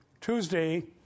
Tuesday